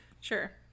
Sure